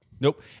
Nope